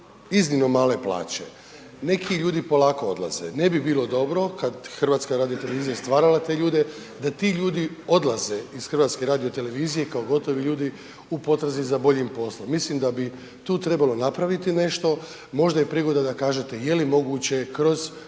iznimno male plaće, neki ljudi polako odlaze, ne bi bilo dobro kada je HRT stvarala te ljude da ti ljudi odlaze iz HRT-a kao gotovi ljudi u potrazi za boljim poslom. Mislim da bi tu trebalo napraviti nešto. Možda je prigoda da kažete jeli moguće kroz,